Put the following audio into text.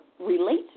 relate